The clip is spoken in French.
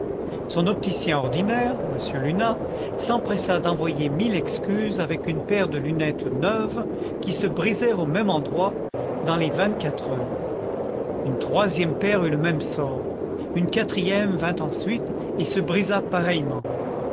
son opticien ordinaire m luna s'empressa d'envoyer mille excuses avec une paire de lunettes neuves qui se brisèrent au même endroit dans les vingtquatre heures une troisième paire eut le même sort une quatrième vint ensuite et se brisa pareillement